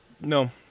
no